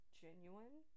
genuine